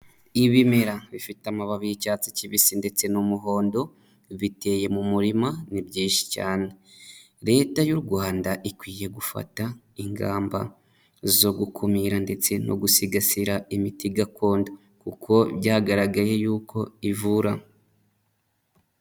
Ibimera bifite amababi y'icyatsi kibisi ndetse n'umuhondo, biteye mu murima, ni byinshi cyane. Leta y'u Rwanda ikwiye gufata ingamba zo gukumira ndetse no gusigasira imiti gakondo, kuko byagaragaye y'uko ivura.